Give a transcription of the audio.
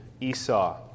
Esau